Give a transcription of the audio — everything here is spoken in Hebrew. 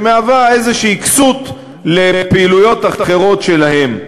שמשמשת איזו כסות לפעילויות אחרות שלהם,